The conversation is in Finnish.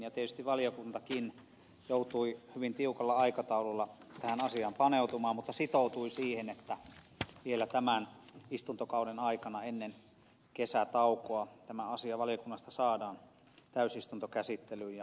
tietysti valiokuntakin joutui hyvin tiukalla aikataululla tähän asiaan paneutumaan mutta sitoutui siihen että vielä tämän istuntokauden aikana ennen kesätaukoa tämä asia valiokunnasta saadaan täysistuntokäsittelyyn ja tässä se nyt on